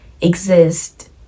exist